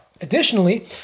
Additionally